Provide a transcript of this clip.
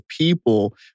people